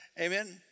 Amen